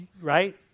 right